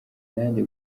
nanjye